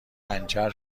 پنچر